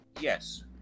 Yes